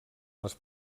les